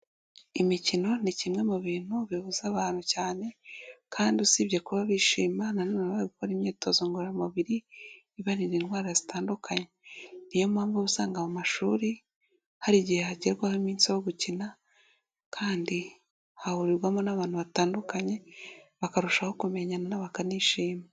Imikino ni kimwe mu bintu bibuza abantu cyane kandi usibye kuba bishima nanone gukora imyitozo ngororamubiri bibarinda indwara zitandukanye, ni yo mpamvu uba usanga mu mashuri hari igihe hagerwaho iminsi yo gukina kandi hahurirwamo n'abantu batandukanye bakarushaho kumenyana bakanishima.